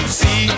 see